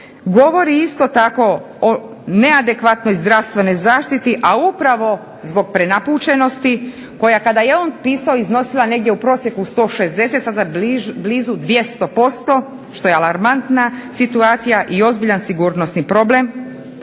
govori isto tako o neadekvatnoj zdravstvenoj zaštiti, koja upravo zbog prenapučenosti, koja kada je on pisao iznosila u prosjeku 160, sada blizu 200%, što je alarmantna situacija i ozbiljan sigurnosni problem,